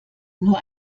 nur